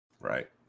Right